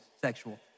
sexual